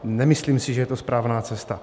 Nemyslím si, že je to správná cesta.